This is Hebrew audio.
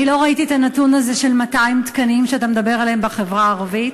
אני לא ראיתי את הנתון הזה של 200 תקנים שאתה מדבר עליהם בחברה הערבית.